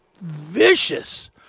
vicious